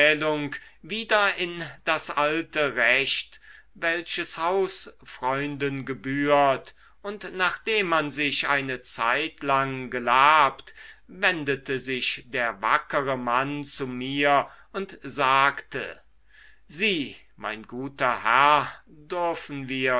wieder in das alte recht welches hausfreunden gebührt und nachdem man sich eine zeitlang gelabt wendete sich der wackere mann zu mir und sagte sie mein guter herr dürfen wir